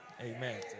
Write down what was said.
Amen